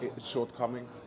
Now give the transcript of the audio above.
shortcoming